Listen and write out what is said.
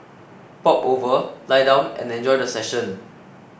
pop over lie down and enjoy the session